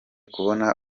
kubona